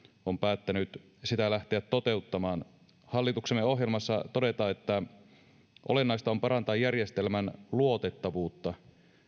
on päättänyt sitä lähteä toteuttamaan hallituksemme ohjelmassa todetaan että olennaista on parantaa järjestelmän luotettavuutta